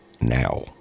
Now